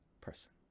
person